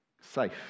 safe